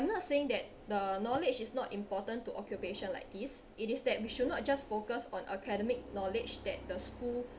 I'm not saying that the knowledge is not important to occupation like this it is that we should not just focus on academic knowledge that the school